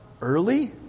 early